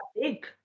big